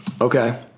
Okay